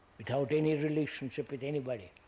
without any relationship with anybody.